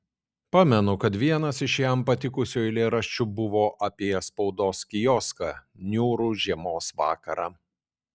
pamenu kad vienas iš jam patikusių eilėraščių buvo apie spaudos kioską niūrų žiemos vakarą